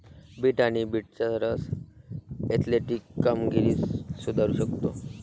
bit आणि बीटचा रस ऍथलेटिक कामगिरी सुधारू शकतो